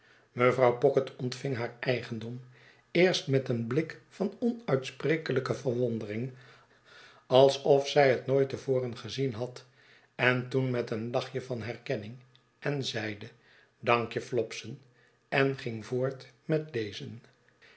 mevrouw pocket ontving haar eigendom eerst met een blik van onuitsprekelijke verwondering alsof zij het nooit te voren gezien had en toen met een lachje van herkenning en zeide dank je fiopson en ging voort met lezen